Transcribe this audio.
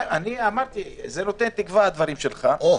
אמרתי שהדברים שלך נותנים תקווה.